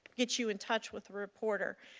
get you in touch with a reporter.